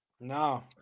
No